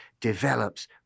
develops